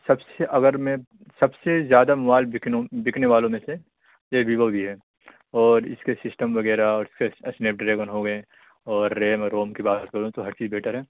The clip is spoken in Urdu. سب سے اگر میں سب سے زیادہ موبائل بکنو بکنے والوں میں سے یہ ویوو بھی ہے اور اس کے سسٹم وغیرہ اور اسنیپ ڈریگن ہو گئے اور ریم اور روم کی بات کروں تو ہر چیز بیٹر ہے